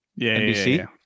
NBC